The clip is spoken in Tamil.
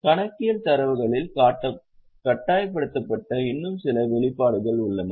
கணக்கியல் தரவுகளில் கட்டாயப்படுத்தப்பட்ட இன்னும் சில வெளிப்பாடுகள் உள்ளன